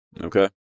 okay